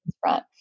front